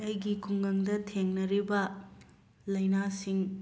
ꯑꯩꯒꯤ ꯈꯨꯡꯒꯪꯗ ꯊꯦꯡꯅꯔꯤꯕ ꯂꯥꯏꯅꯥꯁꯤꯡ